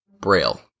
Braille